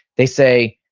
they say,